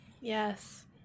Yes